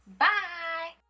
Bye